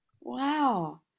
wow